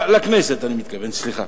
אני מתכוון לכנסת, סליחה.